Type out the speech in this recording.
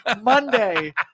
Monday